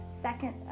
Second